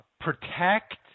protect